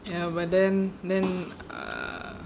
ya but then then ah